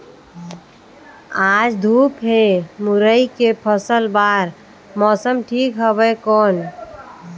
आज धूप हे मुरई के फसल बार मौसम ठीक हवय कौन?